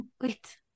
wait